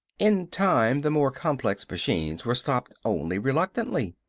in time the more complex machines were stopped only reluctantly.